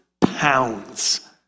pounds